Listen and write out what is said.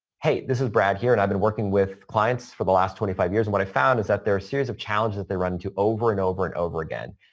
hey, this is brad here and i've been working with clients for the last twenty five years. and what i found is that there are a series of challenges they run to over and over and over again,